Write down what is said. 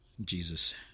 Jesus